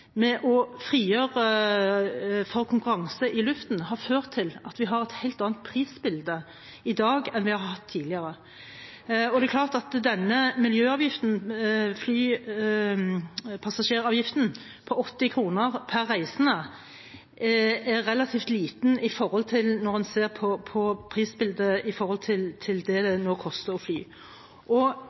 med å frigjøre for konkurranse i luften, har ført til at vi har et helt annet prisbilde i dag enn vi har hatt tidligere. Det er klart at denne passasjeravgiften på 80 kr per reisende er relativt liten når en ser prisbildet i forhold til det det koster å fly. Igjen tilbake til næringslivet: Når en ser på hvilke skatte- og